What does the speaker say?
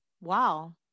Wow